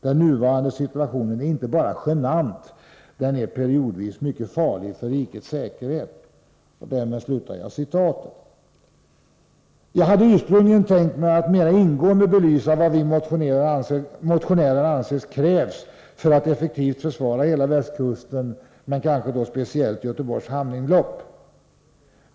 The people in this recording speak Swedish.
Den nuvarande situationen är inte bara genant, den är periodvis mycket farlig för rikets säkerhet.” Jag hade ursprungligen tänkt mig att mera ingående belysa vad vi motionärer anser krävs för att effektivt försvara hela västkusten, men kanske speciellt Göteborgs hamninlopp.